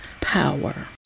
Power